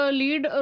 lead